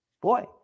Boy